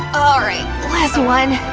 alright, last one.